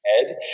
ed